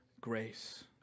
grace